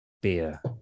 beer